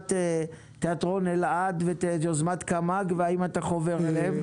יוזמת תיאטרון אלעד ואת יוזמת קמ"ג והאם אתה חובר אליהם.